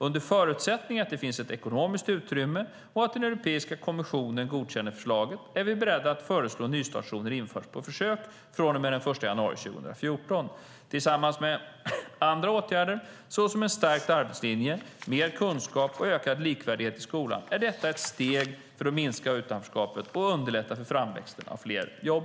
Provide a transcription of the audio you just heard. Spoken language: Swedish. Under förutsättning att det finns ett ekonomiskt utrymme och att Europeiska kommissionen godkänner förslaget är vi beredda att föreslå att nystartszoner införs på försök från och med den 1 januari 2014. Tillsammans med andra åtgärder såsom en stärkt arbetslinje, mer kunskap och ökad likvärdighet i skolan är detta ett steg för att minska utanförskapet och underlätta för framväxten av fler jobb.